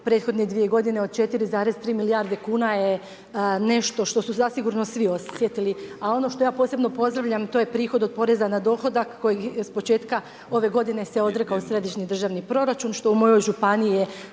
prethodne 2 godine od 4,3 milijarde kuna je nešto što su zasigurno svi osjetili, a ono što ja posebno pozdravljam to je prihod od poreza na dohodak kojeg s početka ove godine se odrekao središnji državni proračun što u mojoj županiji je